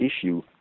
issue